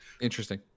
Interesting